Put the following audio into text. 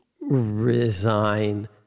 resign